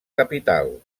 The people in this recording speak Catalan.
capital